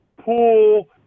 pool